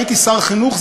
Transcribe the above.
הייתי שר החינוך,